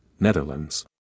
Netherlands